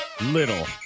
little